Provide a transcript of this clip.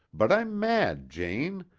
but i'm mad, jane,